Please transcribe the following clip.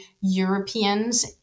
Europeans